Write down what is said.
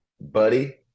Buddy